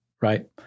right